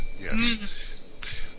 yes